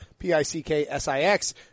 P-I-C-K-S-I-X